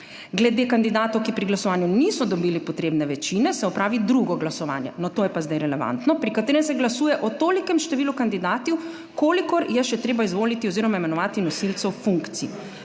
»Glede kandidatov, ki pri glasovanju niso dobili potrebne večine, se opravi drugo glasovanje,« no, to je pa zdaj relevantno, »pri katerem se glasuje o tolikem številu kandidatov, kolikor je še treba izvoliti oziroma imenovati nosilcev funkcij.